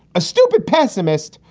a stupid pessimist,